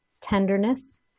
tenderness